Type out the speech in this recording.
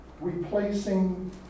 replacing